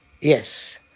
Yes